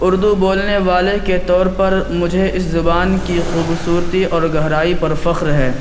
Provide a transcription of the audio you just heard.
اردو بولنے والے کے طور پر مجھے اس زبان کی خوبصورتی اور گہرائی پر فخر ہے